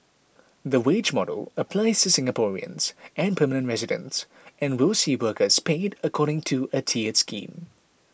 the wage model applies Singaporeans and permanent residents and will see workers paid according to a tiered scheme